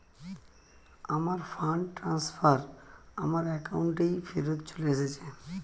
আমার fund transfer আমার অ্যাকাউন্টেই ফেরত চলে এসেছে